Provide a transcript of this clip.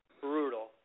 Brutal